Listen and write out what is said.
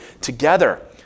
together